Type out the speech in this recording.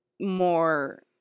more